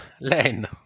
Len